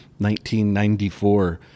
1994